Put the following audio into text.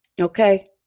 Okay